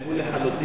נעלמו לחלוטין.